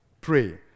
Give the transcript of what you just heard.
Pray